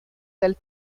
del